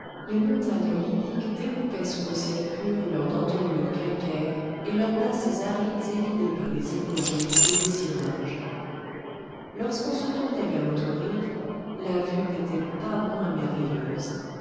les montagnes libyques découpaient sur le ciel pur leurs dentelures calcaires et leurs masses arides évidées par les hypogées et les syringes lorsqu'on se tournait vers l'autre rive la vue n'était pas moins merveilleuse